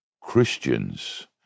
Christians